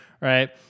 right